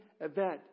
event